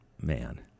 man